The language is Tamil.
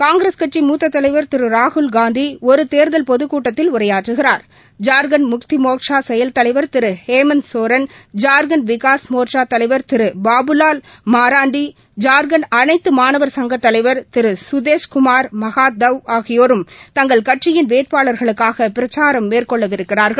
காங்கிரஸ் கட்சி மூத்ததலைவர் ராகுல் காந்திஒருதேர்தல் பொதுக் கூட்டத்தில் உரையாற்றுகிறார்ஜார்க்கண்ட் முக்திமோர்ச்சாசெயல்தலைவர் திருஹேமந்த் சோரன் ஜார்க்கண்ட் விகாஸ் மோர்ச்சாதலைவர் திருபாபுலால் மாராண்டி ஜார்க்கண்ட் அனைத்தமாணவர் சங்கத்தலைவர் திருகதேஷ் குமார் மகத்தவ் ஆகியோரும் தங்கள் கட்சியின் வேட்பாளர்களுக்காகபிரச்சாரம் மேற்கொள்ளவிருக்கிறார்கள்